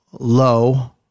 Low